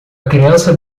criança